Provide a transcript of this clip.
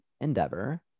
endeavor